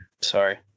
Sorry